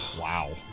Wow